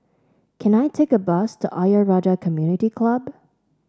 can I take a bus to Ayer Rajah Community Club